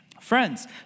Friends